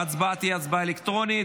ההצבעה תהיה הצבעה אלקטרונית.